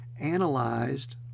analyzed